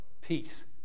peace